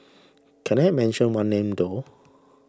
can I mention one name though